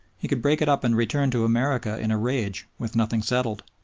he could break it up and return to america in a rage with nothing settled.